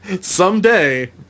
Someday